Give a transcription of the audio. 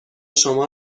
شما